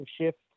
shift